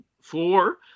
four